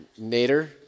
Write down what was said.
Nader